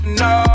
no